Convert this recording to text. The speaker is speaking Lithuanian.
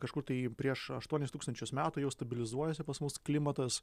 kažkur tai prieš aštuonis tūkstančius metų jau stabilizuojasi pas mus klimatas